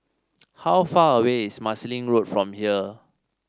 how far away is Marsiling Road from here